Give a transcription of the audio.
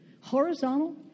horizontal